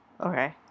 Okay